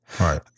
right